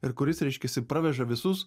ir kuris reiškiasi praveža visus